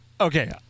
Okay